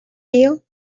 deal